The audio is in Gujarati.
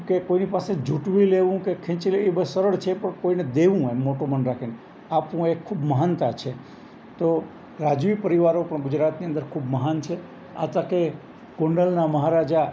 કે કોઈની પાસે ઝૂંટવી લેવું કે ખેંચી લેવી એ સરળ છે પણ કોઈને દેવું એમ મોટું મન રાખીને આપવું એ ખૂબ મહાનતા છે તો રાજવી પરિવારો પણ ગુજરાતની અંદર ખૂબ મહાન છે આ તકે ગોંડલના મહારાજા